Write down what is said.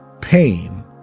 pain